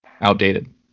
outdated